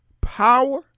power